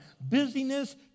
Busyness